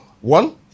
One